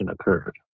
occurred